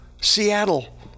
Seattle